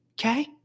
Okay